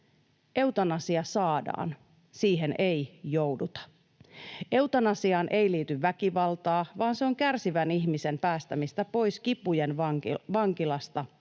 Eutanasia saadaan, siihen ei jouduta. Eutanasiaan ei liity väkivaltaa, vaan se on kärsivän ihmisen päästämistä pois kipujen vankilasta